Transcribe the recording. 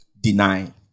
deny